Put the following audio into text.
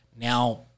now